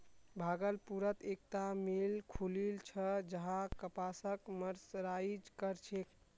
भागलपुरत एकता मिल खुलील छ जहां कपासक मर्सराइज कर छेक